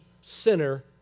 sinner